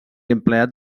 empleat